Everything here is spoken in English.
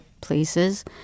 places